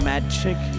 magic